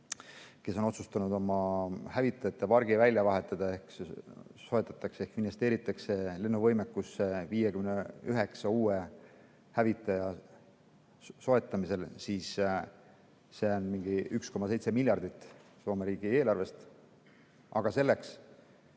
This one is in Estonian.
on otsustanud oma hävitajapargi välja vahetada, investeeritakse lennuvõimekusse 59 uue hävitaja soetamisega – see on mingi 1,7 miljardit Soome riigieelarvest. Aga selleks,